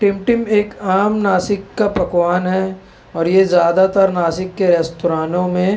ٹمٹم ایک عام ناسک کا پکوان ہے اور یہ زیادہ تر ناسک کے ریستورانوں میں